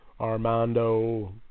Armando